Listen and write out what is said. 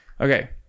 Okay